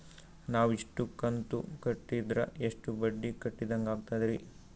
ನಾವು ಇಷ್ಟು ಕಂತು ಕಟ್ಟೀದ್ರ ಎಷ್ಟು ಬಡ್ಡೀ ಕಟ್ಟಿದಂಗಾಗ್ತದ್ರೀ?